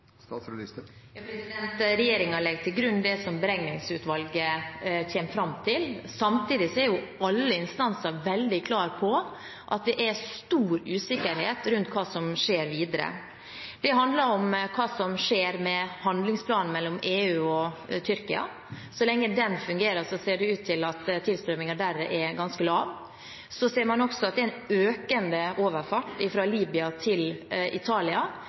legger til grunn det som Beregningsutvalget kommer fram til. Samtidig er alle instanser veldig klare på at det er stor usikkerhet rundt hva som skjer videre. Det handler om hva som skjer med handlingsplanen mellom EU og Tyrkia. Så lenge den fungerer, ser det ut til at tilstrømningen der er ganske lav. Så ser man også at det er et økende antall overfarter fra Libya til Italia.